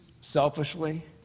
selfishly